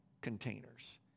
containers